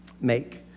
make